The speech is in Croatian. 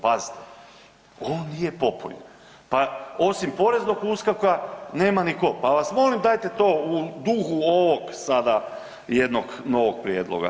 Pazite, on nije popunjen, pa osim poreznog USKOK-a nema ni tko, pa vas molim, dajte to u duhu ovog sada jednog novog prijedloga.